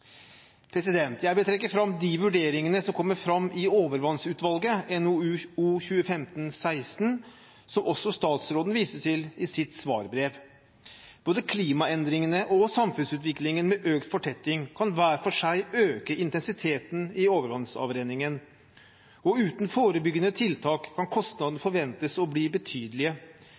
Jeg vil trekke fram de vurderingene som kommer fram i overvannsutvalgets utredning, NOU 2015:16, som også statsråden viste til i sitt svarbrev. Både klimaendringene og samfunnsutviklingen med økt fortetting kan hver for seg øke intensiteten i overvannsavrenningen, og uten forebyggende tiltak kan kostnadene forventes å bli betydelige.